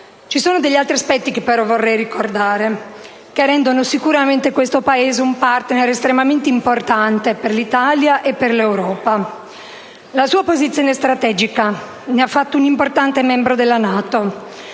Ci sono altri aspetti che vorrei ricordare, che rendono sicuramente questo Paese un *partner* estremamente importante per l'Italia e per l'Europa. La sua posizione strategica ne ha fatto un importante membro della NATO.